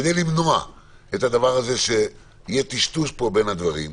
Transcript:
כדי למנוע שיהיה טשטוש בין הדברים,